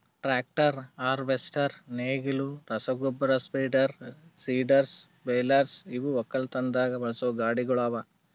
tractor, harvester, ನೇಗಿಲು, ರಸಗೊಬ್ಬರ spreader, seeders, balers ಇವು ಒಕ್ಕಲತನದಾಗ್ ಬಳಸಾ ಗಾಡಿಗೊಳ್ ಅವಾ